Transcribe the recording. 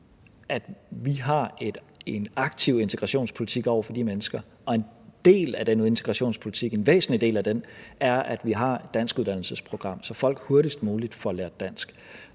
at vi har en aktiv integrationspolitik over for de mennesker, og en del af den integrationspolitik – en væsentlig del af den – er, at vi har et danskuddannelsesprogram, så folk hurtigst muligt får lært dansk.